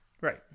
Right